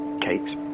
cakes